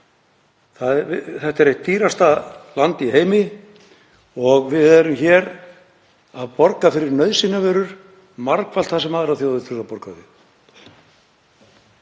Þetta er eitt dýrasta land í heimi og við erum hér að borga fyrir nauðsynjavörur margfalt það sem aðrar þjóðir þurfa að borga.